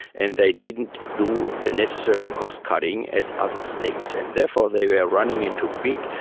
and they didn't do the necessary cost cutting as other states, and therefore they were running into big,